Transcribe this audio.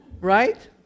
Right